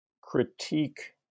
critique